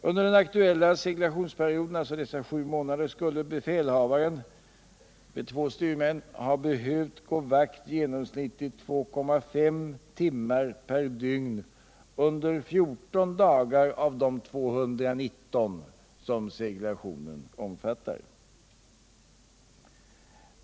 Under den aktuella seglationsperioden, dvs. dessa sju månader, skulle befälhavaren vid en bemanning med två styrmän ha behövt gå vakt genomsnittligt 2,5 ummar per dygn under 14 dagar av de 219 dagar som seglationen omfattade.